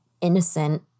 innocent